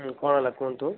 କଣ ହେଲା କୁହନ୍ତୁ